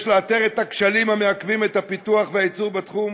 יש לאתר את הכשלים המעכבים את הפיתוח והייצור בתחום.